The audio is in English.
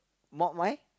mop my